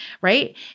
Right